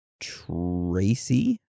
Tracy